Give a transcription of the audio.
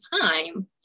time